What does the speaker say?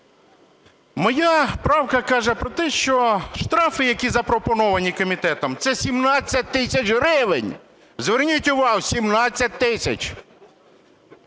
Моя правка каже про те, що штрафи, які запропоновані комітетом, – це 17 тисяч гривень. Зверніть увагу: 17 тисяч!